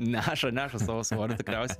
neša neša savo svorį tikriausiai